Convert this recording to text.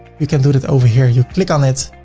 you can do that over here. you click on it.